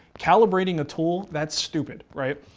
calibrating a tool, that's stupid, right?